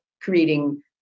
creating